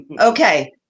Okay